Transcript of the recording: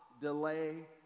delay